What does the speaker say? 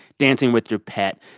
dancing with your pet,